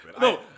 No